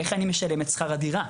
איך הוא משלם את שכר הדירה?